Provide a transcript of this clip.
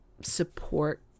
support